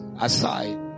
aside